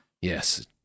Yes